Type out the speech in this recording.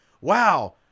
wow